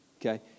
Okay